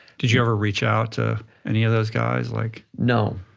did you ever reach out to any of those guys? like no,